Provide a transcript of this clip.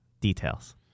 Details